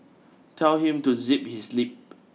tell him to zip his lip